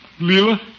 Lila